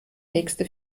nächste